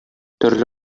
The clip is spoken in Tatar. төрле